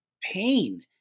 pain